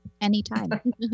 Anytime